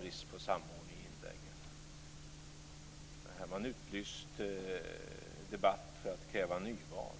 Bristen på samordning i inläggen är total. Här har man utlyst en debatt för att kräva nyval.